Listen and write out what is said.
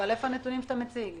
אבל איפה הנתונים שאתה מציג?